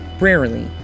rarely